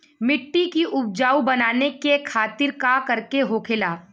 मिट्टी की उपजाऊ बनाने के खातिर का करके होखेला?